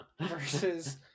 versus